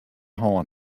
hân